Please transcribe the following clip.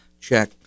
Check